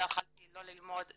לא יכולתי לא ללמוד,